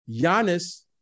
Giannis